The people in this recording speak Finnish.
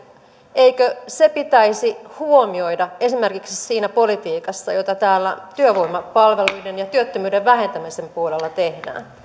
eikö se pitäisi huomioida esimerkiksi siinä politiikassa jota täällä työvoimapalveluiden ja työttömyyden vähentämisen puolella tehdään